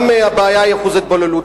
אם הבעיה היא אחוז ההתבוללות,